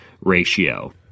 ratio